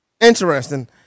Interesting